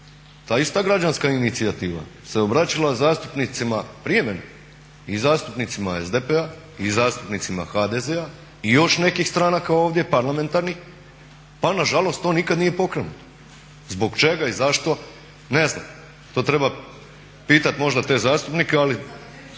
ta ista građanska inicijativa se obraćala zastupnicima prije mene i zastupnicima SDP-a, i zastupnicima HDZ-a, i još nekih stranaka ovdje parlamentarnih pa nažalost to nikad nije pokrenuto zbog čega i zašto ne znam. To treba pitat možda te zastupnike. Vi